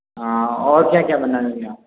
हाँ और क्या क्या बना लोगे आप